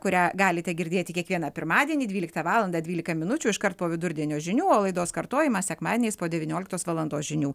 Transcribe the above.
kurią galite girdėti kiekvieną pirmadienį dvyliktą valandą dvylika minučių iškart po vidurdienio žinių o laidos kartojimas sekmadieniais po devynioliktos valandos žinių